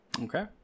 Okay